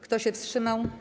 Kto się wstrzymał?